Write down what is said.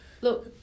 Look